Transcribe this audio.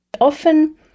Often